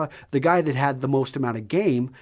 ah the guy that had the most amount of game,